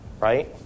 right